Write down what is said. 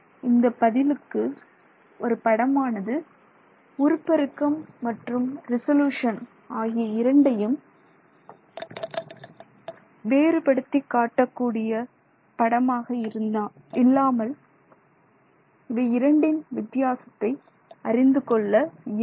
எனவே இந்த புரிதலுக்கு ஒரு படமானது உருப்பெருக்கம் மற்றும் ரெசல்யூசன் ஆகிய இரண்டையும் வேறுபடுத்திக் காட்ட கூடிய படமாக இருந்தால் இவை இரண்டின் வித்தியாசத்தை அறிந்துகொள்ள இயலும்